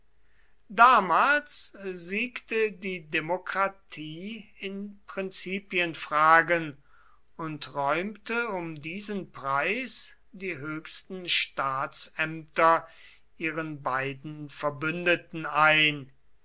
damals siegte die demokratie in prinzipienfragen und räumte um diesen preis die höchsten staatsämter ihren beiden verbündeten ein